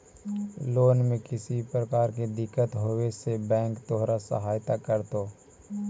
loan में किसी भी प्रकार की दिक्कत होवे से बैंक तोहार सहायता करतो